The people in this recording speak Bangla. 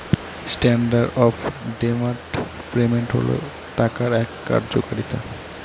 স্ট্যান্ডার্ড অফ ডেফার্ড পেমেন্ট হল টাকার এক কার্যকারিতা